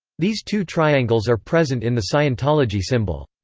these two triangles are present in the scientology symbol.